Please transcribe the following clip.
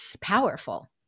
powerful